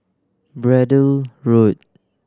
Braddell Road